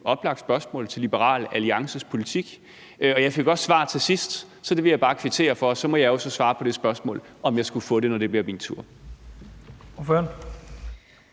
oplagt spørgsmål til Liberal Alliances politik. Jeg fik også svar til sidst, så det vil jeg bare kvittere for. Så må jeg jo så svare på det spørgsmål, om jeg skulle få det, når det bliver min tur.